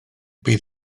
bydd